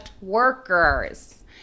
workers